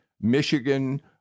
Michigan